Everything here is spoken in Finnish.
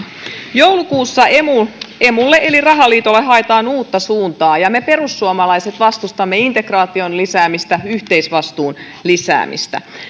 joulukuussa emulle eli rahaliitolle haetaan uutta suuntaa ja me perussuomalaiset vastustamme integraation lisäämistä yhteisvastuun lisäämistä